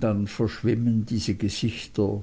dann verschwimmen diese gesichter